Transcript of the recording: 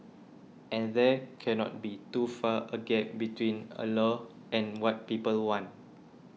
and there cannot be too far a gap between a law and what people want